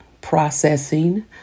processing